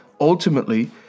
Ultimately